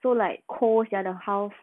so like cold sia the house